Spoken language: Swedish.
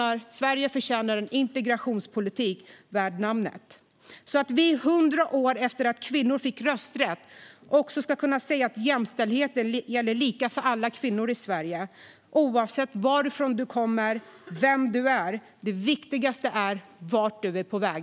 Sverige förtjänar en integrationspolitik värd namnet så att vi 100 år efter att kvinnor fick rösträtt också kan säga att jämställdheten gäller lika för alla kvinnor i Sverige, oavsett varifrån du kommer och vem du är. Det viktigaste är vart du är på väg.